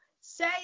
say